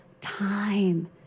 time